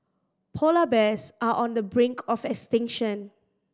polar bears are on the brink of extinction